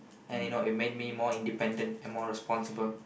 and you know it made me more independent and more responsible